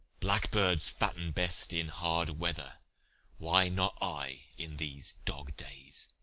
black-birds fatten best in hard weather why not i in these dog-days?